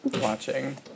watching